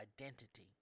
identity